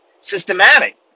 systematic